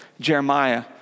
Jeremiah